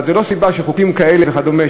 אבל זו לא סיבה שחוקים כאלה וכדומה,